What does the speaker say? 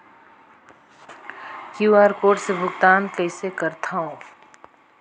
QR code से भुगतान कइसे करथव?